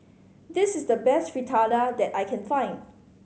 this is the best Fritada that I can find